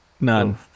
None